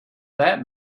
that